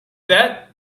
that